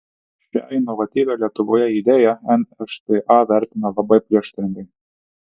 šią inovatyvią lietuvoje idėją nšta vertina labai prieštaringai